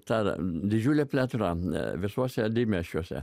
ta didžiulė plėtra visuose didmiesčiuose